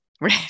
right